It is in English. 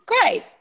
great